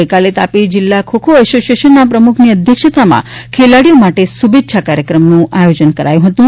ગઈકાલે તાપી જિલ્લા ખોખો એસોસિએશનના પ્રમુખની અધ્યક્ષતામાં ખેલાડીઓ માટે શુભેચ્છા કાર્યક્રમનું આયોજન કરાયું હતું